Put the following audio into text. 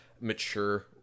mature